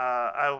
i